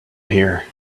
here